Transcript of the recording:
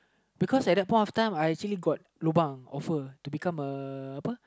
because at that point of time I actually got lobang offer to become a